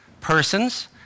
persons